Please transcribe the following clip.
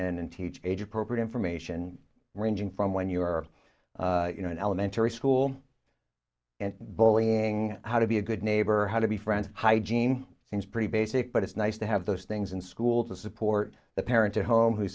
in and teach age appropriate information ranging from when you were you know in elementary school and bullying how to be a good neighbor how to be friends hygiene seems pretty basic but it's nice to have those things in school to support the parents at home who